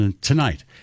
tonight